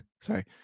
sorry